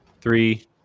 three